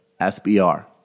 SBR